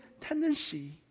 tendency